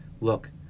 Look